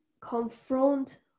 confront